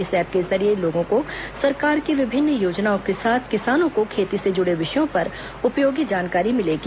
इस एप्प के जरिए लोगों को सरकार की विभिन्न योजनाओं के साथ किसानों को खेती से जुड़े विषयों पर उपयोगी जानकारी मिलेगी